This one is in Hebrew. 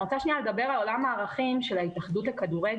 אני רוצה שנייה לדבר על עולם הערכים של התאחדות לכדורגל,